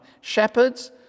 Shepherds